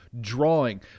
drawing